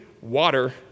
water